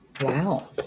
Wow